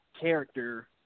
character